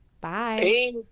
Bye